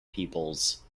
peoples